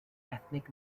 ethnic